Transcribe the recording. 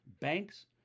banks